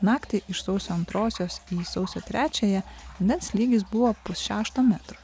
naktį iš sausio antrosios į sausio trečiąją vandens lygis buvo pusšešto metro